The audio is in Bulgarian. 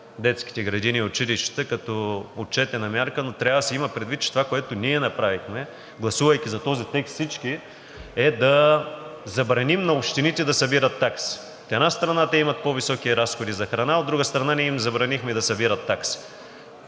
детските градини и училищата, като отчетена мярка, но трябва да се има предвид, че това, което ние направихме, гласувайки всички за този текст, е да забраним на общините да събират такси. От една страна, те имат по-високи разходи за храна. От друга страна, ние им забранихме да събират таксите.